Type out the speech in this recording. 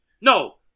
No